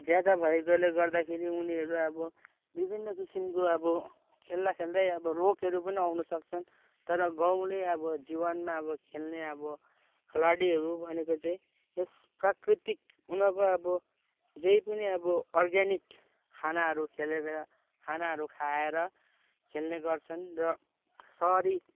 ज्यादा भएकोले गर्दाखेरि उनीहरू अब विभिन्न किसिमको अब खेल्दाखेल्दै अब रोगहरू पनि आउन सक्छन् तर गाउँले अब जीवनमा अब खेल्ने अब खेलाडीहरू भनेको चाहिँ यस प्राकृतिक उनीहरूको अब जे पनि अब अर्ग्यानिक खानाहरू खेलेर खानाहरू खाएर खेल्ने गर्छन् र सहरी